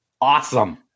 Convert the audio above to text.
Awesome